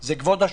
הוא כבוד השופט,